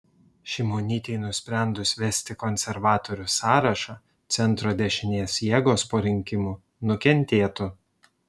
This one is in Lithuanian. šimonytei nusprendus vesti konservatorių sąrašą centro dešinės jėgos po rinkimų nukentėtų